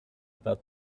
about